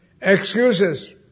Excuses